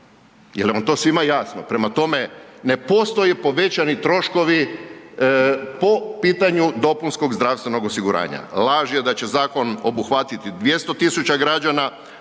Jel vam to svima jasno? Prema tome, ne postoje povećani troškovi po pitanju DZO-a. Laž je da će zakon obuhvatiti 200.000 građana.